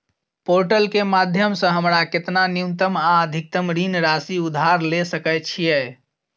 Portal केँ माध्यम सऽ हमरा केतना न्यूनतम आ अधिकतम ऋण राशि उधार ले सकै छीयै?